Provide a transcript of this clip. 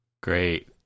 Great